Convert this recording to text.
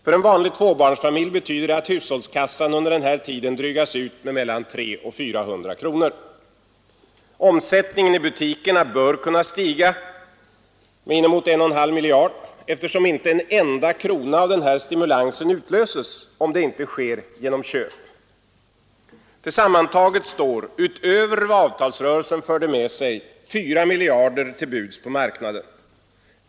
För en vanlig tvåbarnsfamilj betyder det att hushållskassan under den här tiden drygas ut med mellan 300 och 400 kronor. Omsättningen i butikerna bör kunna stiga med inemot 1,5 miljarder, eftersom inte en enda krona av denna stimulans utlöses om det inte sker genom köp. Tillsammantaget står — utöver vad avtalsrörelsen förde med sig — 4 miljarder till buds på marknaden.